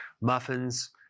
muffins